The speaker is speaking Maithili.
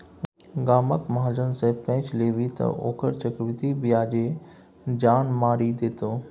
गामक महाजन सँ पैंच लेभी तँ ओकर चक्रवृद्धि ब्याजे जान मारि देतौ